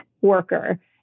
worker